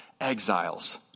exiles